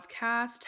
podcast